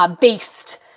beast